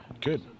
Good